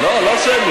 לא, לא שמית.